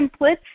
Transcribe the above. templates